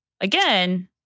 again